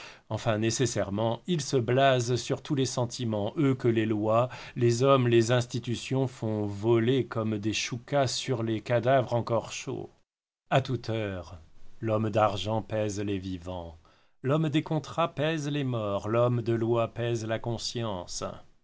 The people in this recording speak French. enfin nécessairement ils se blasent sur tous les sentiments eux que les lois les hommes les institutions font voler comme des choucas sur les cadavres encore chauds à toute heure l'homme d'argent pèse les vivants l'homme des contrats pèse les morts l'homme de loi pèse la conscience